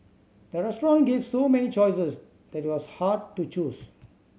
the restaurant gave so many choices that it was hard to choose